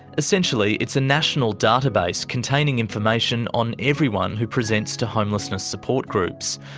essentially it's a national database containing information on everyone who presents to homelessness support groups.